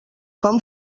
com